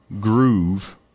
Groove